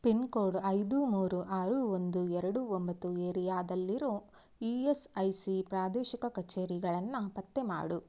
pin code ಐದು ಮೂರು ಆರು ಒಂದು ಎರಡು ಒಂಬತ್ತು ಏರಿಯಾದಲ್ಲಿರೋ ಇ ಎಸ್ ಐ ಸಿ ಪ್ರಾದೇಶಿಕ ಕಚೇರಿಗಳನ್ನು ಪತ್ತೆ ಮಾಡಿ